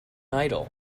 idol